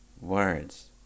words